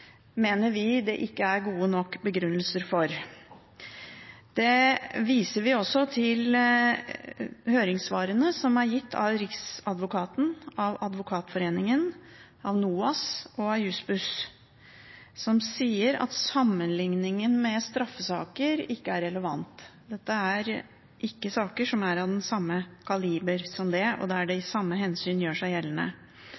høringssvarene fra Riksadvokaten, Advokatforeningen, NOAS og Juss-Buss, som sier at sammenligningen med straffesaker ikke er relevant. Dette er saker som ikke er av samme kaliber som det, og der de samme hensyn gjør seg gjeldende. Det